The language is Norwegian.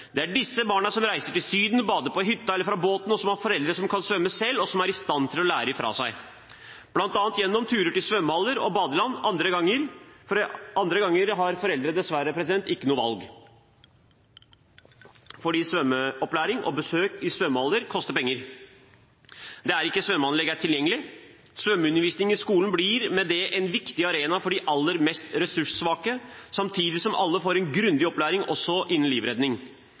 Det er disse barna som reiser til Syden, bader på hytta eller fra båten, og som har foreldre som kan svømme selv, og som er i stand til å lære fra seg, bl.a. gjennom turer til svømmehaller og badeland. Andre ganger har foreldre dessverre ikke noe valg, fordi svømmeopplæring og besøk i svømmehaller koster penger, og noen steder er ikke svømmeanlegg tilgjengelig. Svømmeundervisning i skolen blir med det en viktig arena for de aller mest ressurssvake, samtidig som alle får en grundig opplæring også innen livredning.